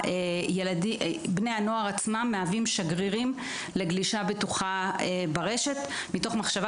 בני הנוער מהווים שגרירים לגלישה בטוחה ברשת מתוך מחשבה